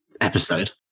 episode